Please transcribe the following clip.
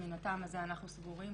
שמן הטעם הזה אנחנו סבורים